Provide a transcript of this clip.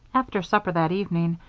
after supper that evening,